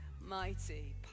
mighty